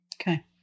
Okay